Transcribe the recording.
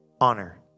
Honor